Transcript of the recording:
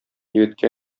егеткә